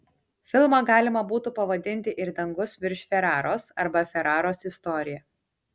filmą galima būtų pavadinti ir dangus virš feraros arba feraros istorija